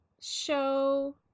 show